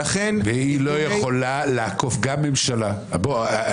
והיא לא יכולה לעקוף גם ממשלה בוא,